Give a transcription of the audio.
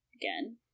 again